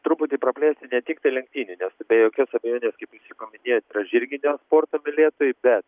truputį praplėsti ne tik tai lenktynines be jokios abejonės kaip jūs jau paminėjot yra žirginio sporto mylėtojai bet